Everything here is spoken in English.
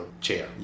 chair